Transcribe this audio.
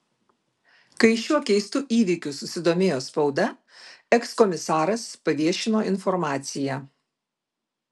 kai šiuo keistu įvykiu susidomėjo spauda ekskomisaras paviešino informaciją